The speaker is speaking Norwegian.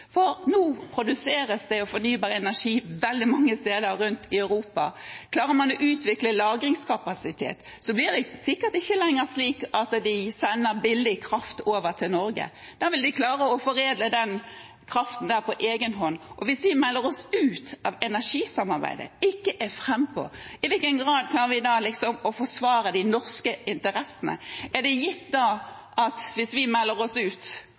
for nå produseres det fornybar energi veldig mange steder i Europa. Klarer man å utvikle lagringskapasitet, blir det sikkert ikke lenger slik at de sender billig kraft over til Norge. Da vil de klare å foredle den kraften på egenhånd. Og hvis vi melder oss ut av energisamarbeidet, ikke er frampå, i hvilken grad kan vi da forsvare de norske interessene? Er det gitt, hvis vi melder oss ut,